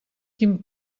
quin